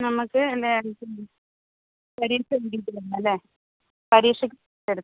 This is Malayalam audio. നമുക്ക് എന്താ പരീക്ഷ അല്ലെ പരീക്ഷയ്ക്ക്